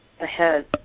ahead